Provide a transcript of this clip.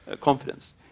confidence